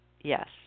Yes